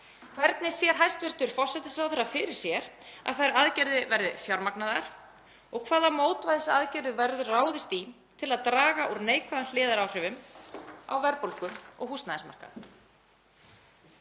Hvernig sér hæstv. forsætisráðherra fyrir sér að þær aðgerðir verði fjármagnaðar og hvaða mótvægisaðgerðir verður ráðist í til að draga úr neikvæðum hliðaráhrifum á verðbólgu á húsnæðismarkaði?